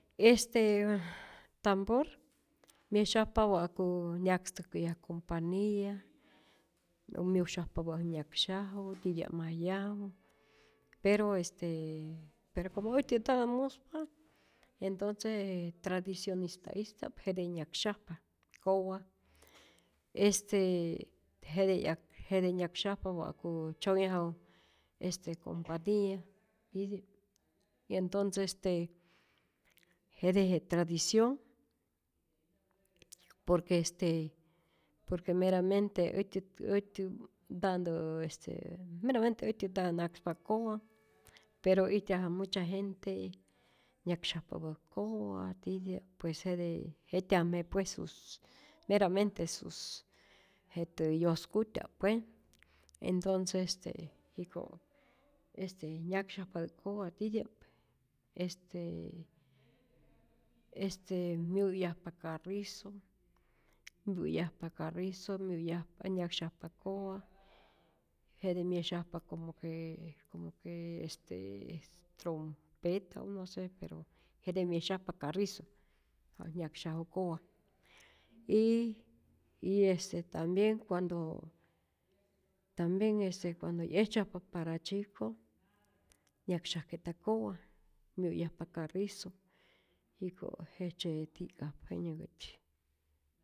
Este tambor myesyajpa wa'ku nyakstäjkäyaj compania, nä myusyajpapä' nyaksyaju titya'majyaju, pero este pero como äjtyä ntatä muspa, entonce tradicionita'ista'p jete yaksyajpa kowa, este jete 'yak jete nyaksyajpa wa'ku tzyonyaju este compania tityi, y entonce este jete je tradicion por que este por que meramente äjtyät äjtyä nta'ntä meramente äjtyät nta'ntä nakspa kowa, pero ijtyaju mucha gente nyaksyajpapä' kowa titi'ap pues jete jetyajme pues sus meramente sus jetä yoskutya'p pue, entonce este jiko este nyaksyajpapä kowa titya'p este este myu'yajpa carrizo, myuyajpa carrizo, myuyajpa nyaksyajpa kowa, jete myesyajpa como que como que este trompeta o no se pero jete myesyajpa carrizo, wa nyaksyaju kowa, y y este tambien cuando tambien este cuando 'yejtzyajpa parachico, nyaksyajke'ta kowa, myuyajpa carrizo, jiko jejtzye ti'kajpa, jenyanhkätyi.